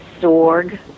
Sorg